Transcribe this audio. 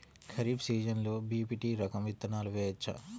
ఖరీఫ్ సీజన్లో బి.పీ.టీ రకం విత్తనాలు వేయవచ్చా?